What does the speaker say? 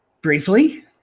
briefly